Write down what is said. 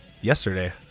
yesterday